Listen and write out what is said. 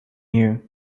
here